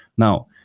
now,